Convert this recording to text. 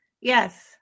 Yes